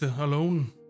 alone